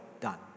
done